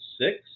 six